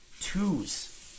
twos